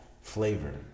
flavor